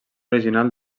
original